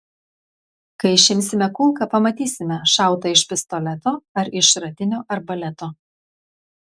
kai išimsime kulką pamatysime šauta iš pistoleto ar iš šratinio arbaleto